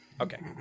Okay